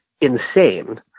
insane